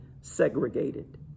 segregated